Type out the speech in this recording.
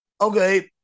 Okay